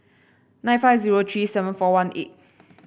nine five zero three seven four one eight